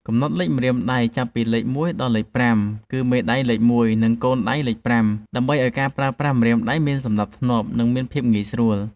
កំណត់លេខម្រាមដៃចាប់ពីលេខមួយដល់លេខប្រាំគឺមេដៃលេខមួយ និងកូនដៃលេខប្រាំដើម្បីឱ្យការប្រើប្រាស់ម្រាមដៃមានសណ្តាប់ធ្នាប់ និងមានភាពងាយស្រួល។